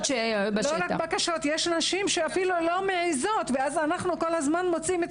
יש נשים שאפילו לא מעיזות ואנחנו מוצאות את